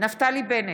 נפתלי בנט,